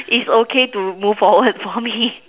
is okay to move forward for me